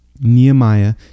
Nehemiah